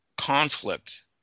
conflict